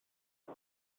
nes